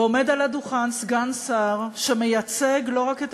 ועומד על הדוכן סגן שר שמייצג לא רק את